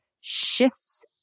shifts